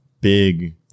big